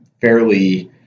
fairly